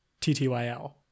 TTYL